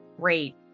great